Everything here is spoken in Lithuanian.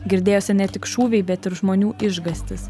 girdėjosi ne tik šūviai bet ir žmonių išgąstis